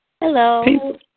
Hello